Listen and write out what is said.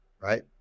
right